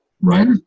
Right